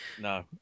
No